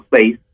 place